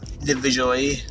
individually